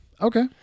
Okay